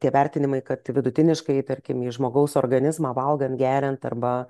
tie vertinimai kad vidutiniškai tarkim į žmogaus organizmą valgant geriant arba